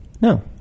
no